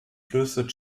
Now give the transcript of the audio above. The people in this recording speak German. flüsse